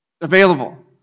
available